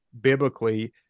biblically